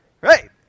right